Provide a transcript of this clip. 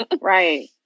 Right